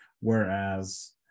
Whereas